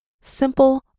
Simple